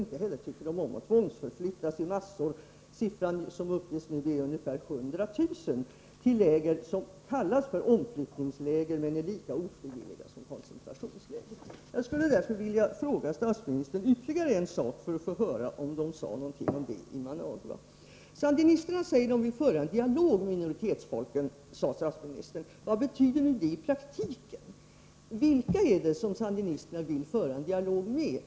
Inte heller tycker indianerna om att tvångsförflyttas i massor. Siffran på antalet tvångsförflyttade är nu ungegär 100 000. De flyttas till läger som kallas för omflyttningsläger men som är lika ofrivilliga som koncentrationsläger. Jag skulle därför vilja fråga statsministern om man sade någonting om detta i Managua. Sandinisterna säger att de vill föra en dialog med minoritetsfolken, framhöll statsministern. Vad betyder det i praktiken? Vilka är det som sandinisterna vill föra en dialog med?